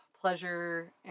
Pleasure